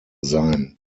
sein